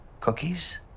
Cookies